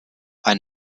ein